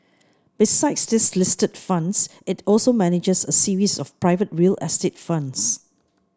besides these listed funds it also manages a series of private real estate funds